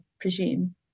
presume